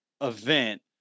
event